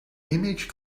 image